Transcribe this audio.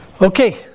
Okay